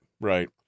right